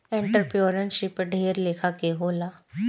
entrepreneurship ढेर लेखा के होला